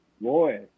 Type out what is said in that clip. Boy